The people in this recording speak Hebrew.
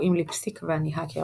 קוראים לי 'פסיק' ואני האקר,